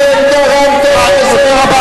אנחנו גרמנו נזק?